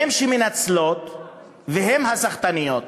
הן שמנצלות והן הסחטניות.